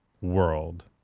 world